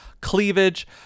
cleavage